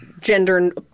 Gender